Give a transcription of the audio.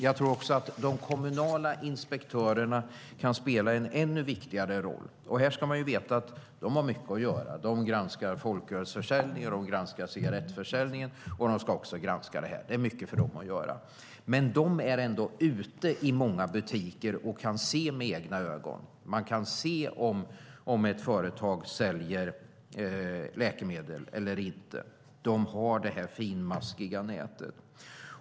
Jag tror också att de kommunala inspektörerna kan spela en ännu viktigare roll. Man ska veta att de har mycket att göra. De granskar folkölsförsäljningen, de granskar cigarettförsäljningen och de ska också granska detta. Det är mycket för dem att göra. Men de är ändå ute i många butiker och kan se med egna ögon. De kan se om ett företag säljer läkemedel eller inte; de har detta finmaskiga nät.